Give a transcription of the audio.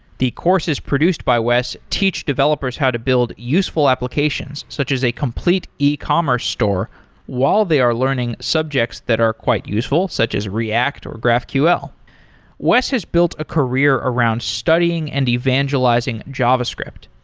the course is produced by wes teach developers how to build useful applications such as a complete e-commerce store while they are learning subjects that are quite useful, such as react or graphql wes has built a career around studying and evangelizing javascript.